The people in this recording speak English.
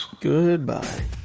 Goodbye